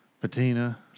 Patina